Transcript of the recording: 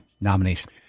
Nomination